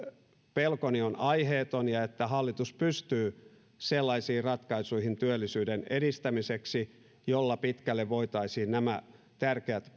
pelkoni on aiheeton ja että hallitus pystyy sellaisiin ratkaisuihin työllisyyden edistämiseksi joilla pitkälle voitaisiin nämä tärkeät